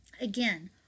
Again